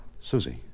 Susie